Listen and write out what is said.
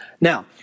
now